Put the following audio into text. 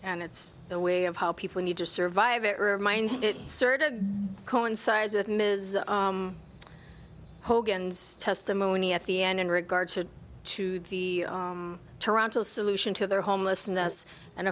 and it's the way of how people need to survive it certain coincides with ms hogans testimony at the end in regards to the toronto solution to their homelessness and